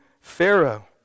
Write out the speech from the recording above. Pharaoh